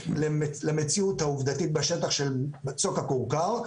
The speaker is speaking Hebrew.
למציאות העובדתית בשטח של מצוק הכורכר,